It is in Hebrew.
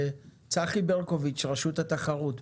צחי ברקוביץ, רשות התחרות,